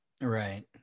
Right